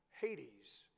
Hades